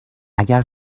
اگر